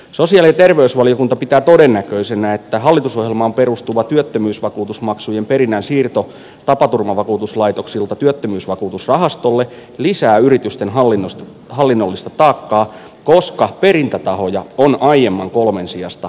sosiaali ja terveysvaliokunta pitää todennäköisenä että hallitusohjelmaan perustuva työttömyysvakuutusmaksujen perinnän siirto tapaturmavakuutuslaitoksilta työttömyysvakuutusrahastolle lisää yritysten hallinnollista taakkaa koska perintätahoja on aiemman kolmen sijasta neljä